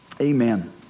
amen